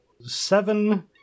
seven